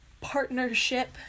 partnership